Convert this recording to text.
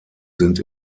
sind